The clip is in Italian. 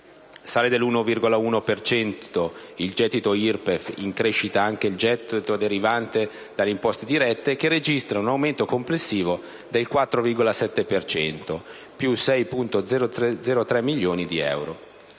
Sale dell'1,1% per cento il gettito IRPEF. In crescita anche il gettito derivante dalle imposte dirette, che registrano un aumento complessivo del 4,7 per cento (più 6.003 milioni di euro)